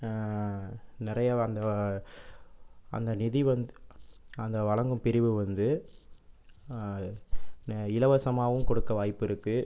நிறையா அந்த அந்த நிதி வந்து அந்த வழங்கும் பிரிவு வந்து இலவசமாகவும் கொடுக்க வாய்ப்பு இருக்குது